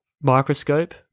microscope